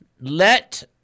Let